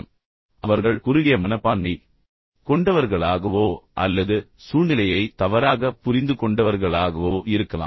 பெரும்பாலான நேரங்களில் கோபப்படுபவர்கள் அவர்கள் குறுகிய மனப்பான்மை கொண்டவர்களாகவோ அல்லது சூழ்நிலையை தவறாகப் புரிந்து கொண்டவர்களாகவோ இருக்கலாம்